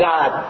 God